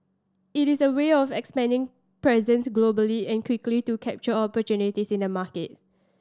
it is a way of expanding presence globally and quickly to capture opportunities in the market